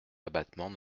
l’abattement